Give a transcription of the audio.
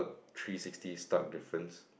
three sixty stark difference